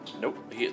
Nope